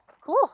Cool